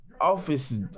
office